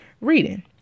reading